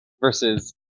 versus